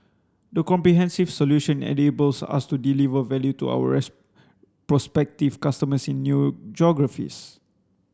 the comprehensive solution enables us to deliver value to ours prospective customers in new geographies